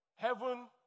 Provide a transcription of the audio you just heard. Heaven